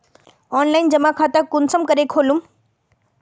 Online जमा खाता कुंसम करे खोलूम?